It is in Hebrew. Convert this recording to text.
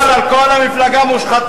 הוא אמר על כל המפלגה "מושחתים".